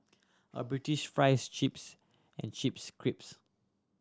a British fries chips and chips crisps